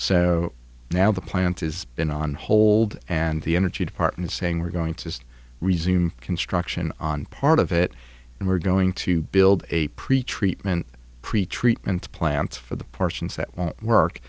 so now the plant is in on hold and the energy department is saying we're going to resume construction on part of it and we're going to build a pretreatment pretreatment plants for the portions that won't work